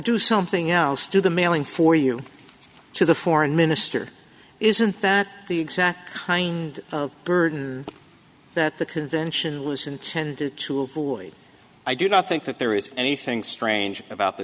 do something else to the mailing for you to the foreign minister isn't that the exact kind of burden that the convention was intended to avoid i do not think that there is anything strange about the